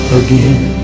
again